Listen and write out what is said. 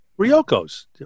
Ryoko's